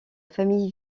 famille